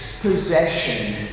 possession